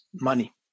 money